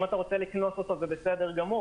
אם אתה רוצה לקנוס את הבעלים זה בסדר גמור.